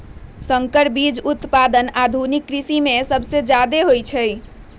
संकर बीज उत्पादन आधुनिक कृषि में सबसे जादे होई छई